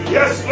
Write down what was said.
Yes